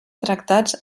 tractats